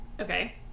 Okay